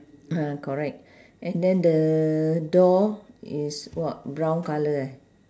ah correct and then the door is what brown colour eh